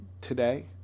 today